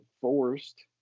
forced